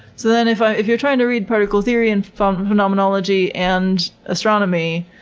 so then if ah if you're trying to read particle theory, and follow phenomenology and astronomy,